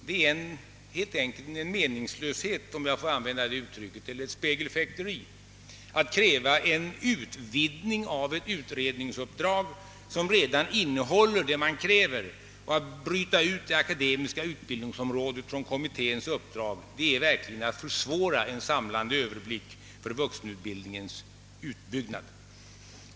Det är helt enkelt meningslöst, ett spegelfäkteri om jag får använda det uttrycket, att kräva utvidgning av ett utredningsuppdrag som redan innehåller det man önskar och bryta ut det akademiska utbildningsområdet ur kommitténs uppdrag. Det är verkligen att försvåra en samlande överblick över vuxenutbildningens utbyggnad.